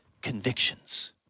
convictions